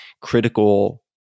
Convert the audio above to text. critical